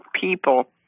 people